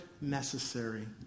necessary